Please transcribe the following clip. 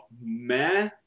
meh